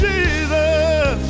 Jesus